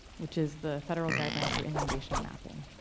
which is the federal guidelines for inundation mapping.